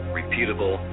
repeatable